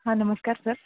हां नमस्कार सर